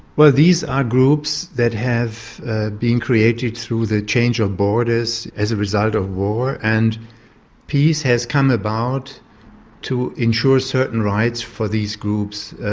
well, these are groups that have been created through the change of borders as a result of war. and peace has come about to ensure certain rights for these groups,